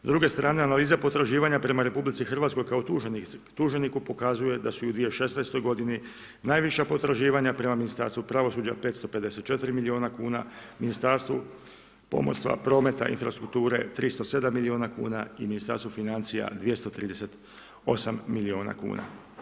S druge strane, analize potraživanja prema RH kao tuženiku pokazuje da su i u 2016. godini najviša potraživanja prema Ministarstvu pravosuđa – 554 milijuna kuna, Ministarstvu pomorstva, prometa, infrastrukture – 307 milijuna kuna i Ministarstvu financija – 238 milijuna kuna.